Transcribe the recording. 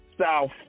south